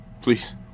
Please